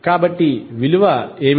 కాబట్టి విలువ ఏమిటి